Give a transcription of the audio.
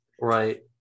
Right